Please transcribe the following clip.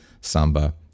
samba